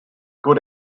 good